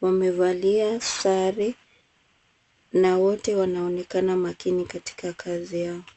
Wamevalia sare na wote wanaonekana makini katika kazi yao.